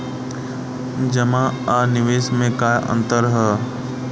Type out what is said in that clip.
जमा आ निवेश में का अंतर ह?